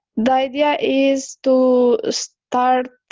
the idea is to start,